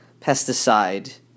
pesticide